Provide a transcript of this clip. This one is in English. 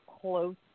close